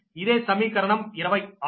ఇదే సమీకరణం 26